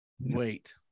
wait